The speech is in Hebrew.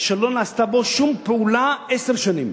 ולא נעשתה בו שום פעולה עשר שנים.